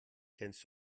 kennst